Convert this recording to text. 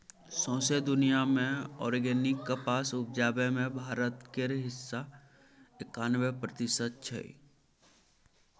सौंसे दुनियाँ मे आर्गेनिक कपास उपजाबै मे भारत केर हिस्सा एकानबे प्रतिशत छै